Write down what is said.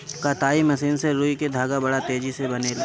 कताई मशीन से रुई से धागा बड़ा तेजी से बनेला